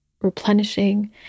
replenishing